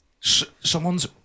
Someone's